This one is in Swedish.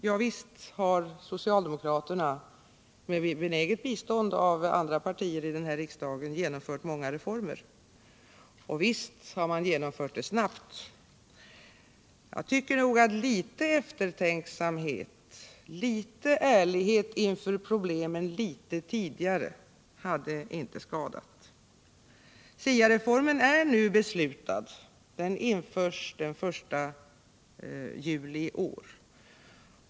Ja, visst har socialdemokraterna — med benäget bistånd av andra partier här i riksdagen — genomfört många reformer, och visst har man genomfört dem snabbt. Jag tycker att litet eftertänksamhet, litet ärlighet inför problemen något tidigare inte hade skadat. SIA reformen är nu beslutad. Den införs den 1 juli i år.